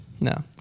no